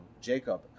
Jacob